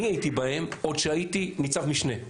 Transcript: אני הייתי בהם עוד כשהייתי ניצב משנה,